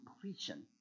completion